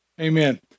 Amen